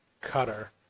cutter